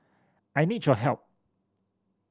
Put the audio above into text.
I need your help